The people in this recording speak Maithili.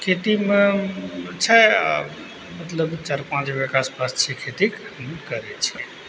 खेतीमे छै मतलब चारि पाँच बीघाके आस पास छै खेती करै छै